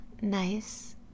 nice